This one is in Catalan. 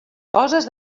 coses